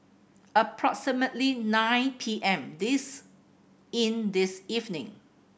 approximately nine P M this in this evening